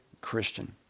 Christian